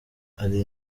ari